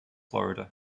florida